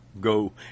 go